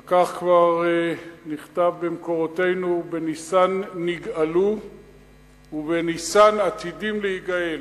על כך כבר נכתב במקורותינו "בניסן נגאלו ובניסן עתידין להיגאל".